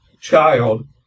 child